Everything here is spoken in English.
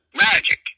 Magic